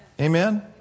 Amen